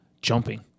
jumping